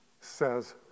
says